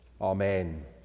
Amen